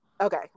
okay